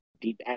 deep